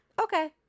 okay